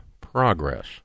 progress